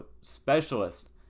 specialist